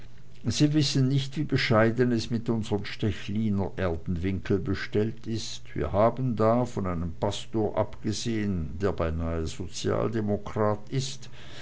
sie wissen nicht wie bescheiden es mit unserem stechliner erdenwinkel bestellt ist wir haben da von einem pastor abgesehen der beinah sozialdemokrat ist